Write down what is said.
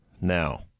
now